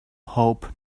hope